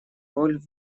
роль